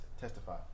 testify